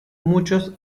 muchos